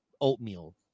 oatmeal